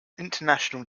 international